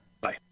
Bye